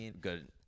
good